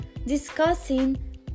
discussing